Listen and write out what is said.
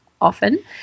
often